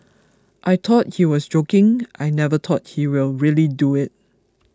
I thought he was joking I never thought he will really do it